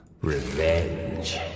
Revenge